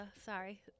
sorry